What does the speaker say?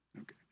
okay